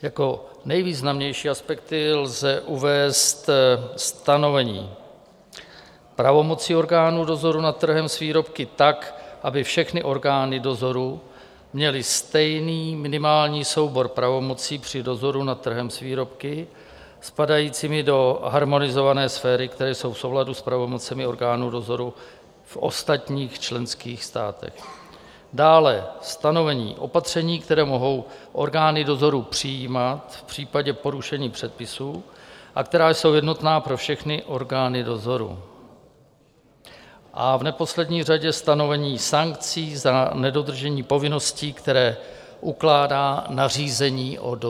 Jako nejvýznamnější aspekty lze uvést stanovení pravomocí orgánů dozoru nad trhem s výrobky tak, aby všechny orgány dozoru měly stejný minimální soubor pravomocí při dozoru nad trhem s výrobky spadajícími do harmonizované sféry, které jsou v souladu s pravomocemi orgánů dozoru v ostatních členských státech, dále stanovení opatření, která mohou orgány dozoru přijímat v případě porušení předpisů a která jsou jednotná pro všechny orgány dozoru, a v neposlední řadě stanovení sankcí za nedodržení povinností, které ukládá nařízení o dozoru.